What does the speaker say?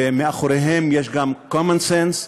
ומאחוריהם יש גם common sense,